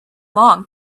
long